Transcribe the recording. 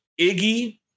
Iggy